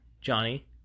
Johnny